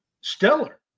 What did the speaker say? stellar